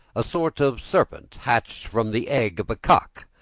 a sort of serpent hatched from the egg of a cock.